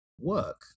work